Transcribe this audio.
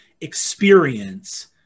experience